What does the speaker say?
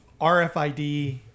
RFID